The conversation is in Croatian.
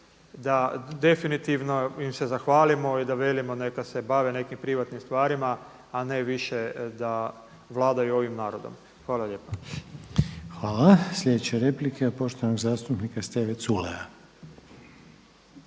da definitivno im se zahvalimo i da velimo neka se bave nekim privatnim stvarima, a ne više da vladaju ovim narodom. Hvala lijepa. **Reiner, Željko (HDZ)** Hvala. Sljedeća replika je poštovanog zastupnika Steve Culeja.